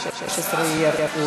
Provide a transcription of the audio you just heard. נתקבל.